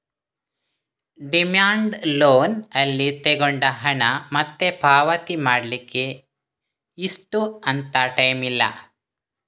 demand loan ಅಲ್ಲಿ ತಗೊಂಡ ಹಣ ಮತ್ತೆ ಪಾವತಿ ಮಾಡ್ಲಿಕ್ಕೆ ಇಷ್ಟು ಅಂತ ಟೈಮ್ ಇಲ್ಲ